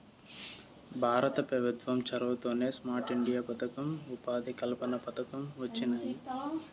భారత పెభుత్వం చొరవతోనే స్మార్ట్ ఇండియా పదకం, ఉపాధి కల్పన పథకం వొచ్చినాయి